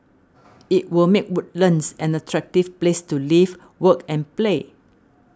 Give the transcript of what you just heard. it will make Woodlands an attractive place to live work and play